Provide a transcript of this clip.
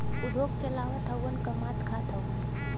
उद्योग चलावत हउवन कमात खात हउवन